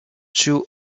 two